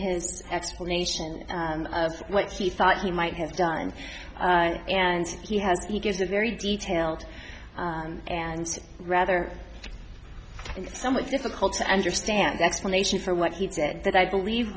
his explanation of what he thought he might have done and he has he gives a very detailed and rather somewhat difficult to understand explanation for what he said that i believe